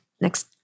next